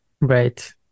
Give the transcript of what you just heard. Right